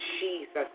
Jesus